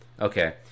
okay